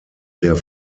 der